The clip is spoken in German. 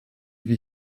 wir